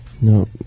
No